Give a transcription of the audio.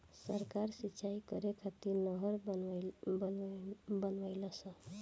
सरकार सिंचाई करे खातिर नहर बनवईलस